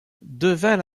devint